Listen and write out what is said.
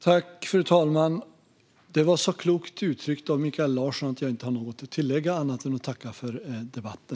Fru talman! Det var så klokt uttryckt av Mikael Larsson att jag inte har något annat att tillägga än ett tack för debatten.